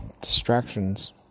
distractions